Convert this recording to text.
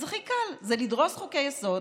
אז הכי קל זה לדרוס חוקי-יסוד,